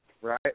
right